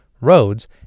roads